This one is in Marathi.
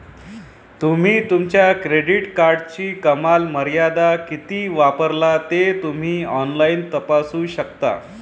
तुम्ही तुमच्या क्रेडिट कार्डची कमाल मर्यादा किती वापरता ते तुम्ही ऑनलाइन तपासू शकता